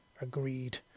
Agreed